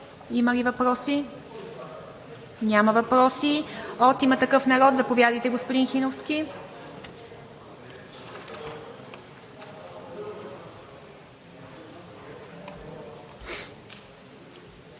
има ли въпроси? Няма въпроси. От „Има такъв народ“ – заповядайте, господин Хиновски.